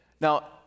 Now